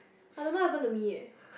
I don't know what happen to me leh